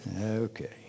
Okay